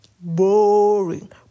Boring